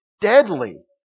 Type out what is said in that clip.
deadly